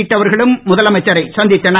உள்ளிட்டவர்களும் முதலமைச்சரை சந்தித்தனர்